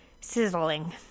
sizzling